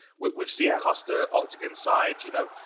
we've seen costa octagon side, you know,